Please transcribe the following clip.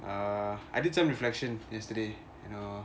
uh I did some reflection yesterday you know